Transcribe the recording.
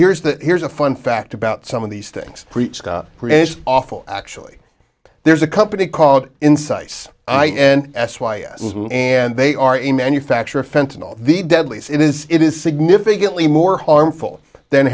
here's the here's a fun fact about some of these things is awful actually there's a company called insights and s y s and they are a manufacture offense and all the deadly as it is it is significantly more harmful than